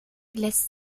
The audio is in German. lässt